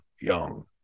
young